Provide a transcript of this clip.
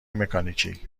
مکانیکی